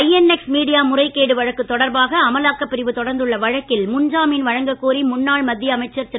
INX media முறைகேடு வழக்கு தொடர்பாக அமலாக்கப் பிரிவு தொடர்ந்துள்ள வழக்கில் முன்ஜாமீன் வழங்க கோரி முன்னாள் மத்திய அமைச்சர் திரு